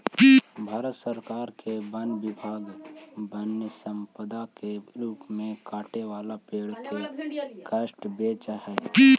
भारत सरकार के वन विभाग वन्यसम्पदा के रूप में कटे वाला पेड़ के काष्ठ बेचऽ हई